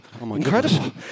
Incredible